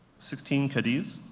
sixteen, cadiz.